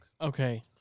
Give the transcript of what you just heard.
Okay